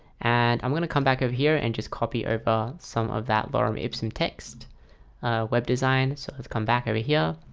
and i'm going to come back over here and just copy over some of that lorem ipsum text web design sort of come back over here.